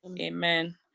Amen